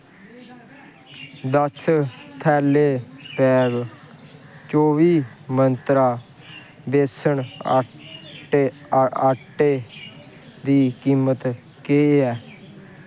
दस्स थैले बैग चौह्बी मंत्रा बेसन आटे दी कीमत केह् ऐ